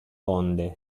onde